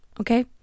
okay